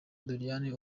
doriane